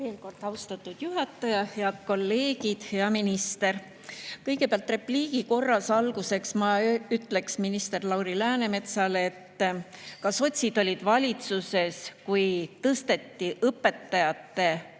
Veel kord, austatud juhataja! Head kolleegid! Hea minister! Kõigepealt repliigi korras alguseks ma ütlen minister Lauri Läänemetsale, et ka sotsid olid valitsuses, kui tõsteti õpetajate